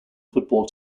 football